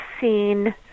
seen